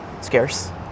scarce